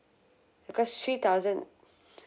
because three thousand